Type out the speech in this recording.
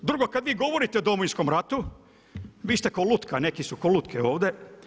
Drugo, kad vi govorite o Domovinskom ratu, vi ste ko lutka, neki su ko lutke ovdje.